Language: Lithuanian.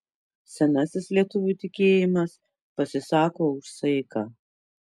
senasis lietuvių tikėjimas pasisako už saiką